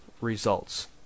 results